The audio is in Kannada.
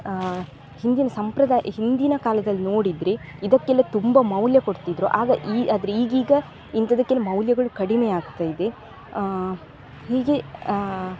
ಹಿಂದಿನ ಸಂಪ್ರದಾಯ ಹಿಂದಿನ ಕಾಲದಲ್ಲಿ ನೋಡಿದರೆ ಇದಕ್ಕೆಲ್ಲ ತುಂಬ ಮೌಲ್ಯ ಕೊಡ್ತಿದ್ದರು ಆಗ ಈ ಆದ್ರೆ ಈಗೀಗ ಇಂಥದಕ್ಕೆಲ್ಲ ಮೌಲ್ಯಗಳು ಕಡಿಮೆ ಆಗ್ತಾಯಿದೆ ಹೀಗೆ